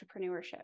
entrepreneurship